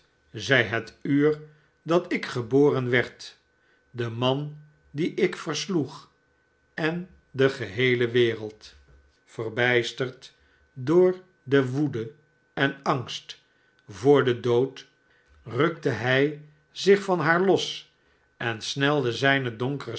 zij het uur dat ik geboren werd de man dien ik versloeg en de geheele wereld verbijsterd door de woede en angst voor den dood rukte hij fcicn van haar los en snelde zijne donkere